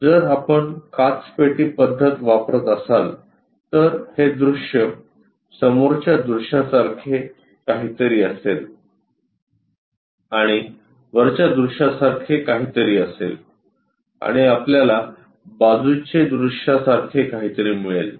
जर आपण काचपेटी पद्धत वापरत असाल तर हे दृश्य समोरच्या दृश्यासारखे काहीतरी असेल आणि वरच्या दृश्यासारखे काहीतरी असेल आणि आपल्याला बाजूचे दृश्यासारखे काहीतरी मिळेल